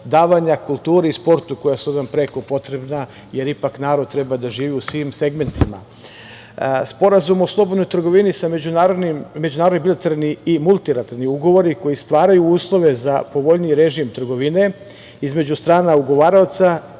davanja kulturi i sportu koja su nam prekopotrebna, jer ipak narod treba da živi u svim segmentima. Sporazum o slobodnoj trgovini, međunarodni bilateralni i multilateralni ugovori koji stvaraju uslove za povoljniji režim trgovine između stana ugovaraoca,